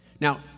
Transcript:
Now